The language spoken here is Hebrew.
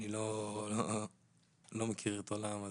אני לא מכיר כל כך את העולם הזה.